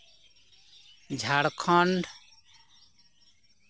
Jharkhand